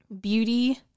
beauty